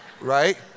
Right